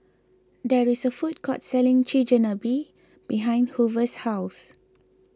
there is a food court selling Chigenabe behind Hoover's house